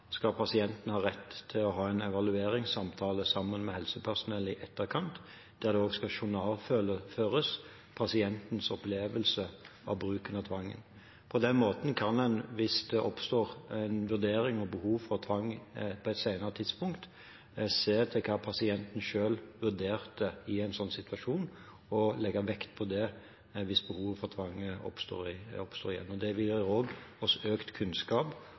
skal pasienten ha rett til å ha en evalueringssamtale med helsepersonell i etterkant, der pasientens opplevelse av bruken av tvang skal journalføres. På den måten kan en, hvis det oppstår en vurdering av behovet for tvang på et senere tidspunkt, se til hva pasienten selv vurderte i en sånn situasjon, og legge vekt på det. Det vil også gi oss økt kunnskap om den tvangsbruken som er i tjenesten. Det